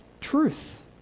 truth